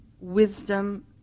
wisdom